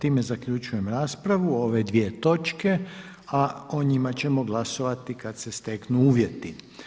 Time zaključujem raspravu o ove dvije točke, a o njima ćemo glasovati kada se steknu uvjeti.